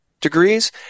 degrees